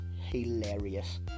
hilarious